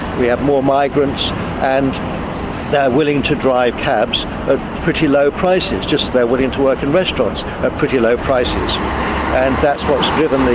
we have more migrants and they are willing to drive cabs at pretty low prices, just as they're willing to work in restaurants at pretty low prices. and that's what's driven